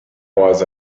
was